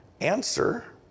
Answer